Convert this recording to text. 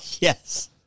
Yes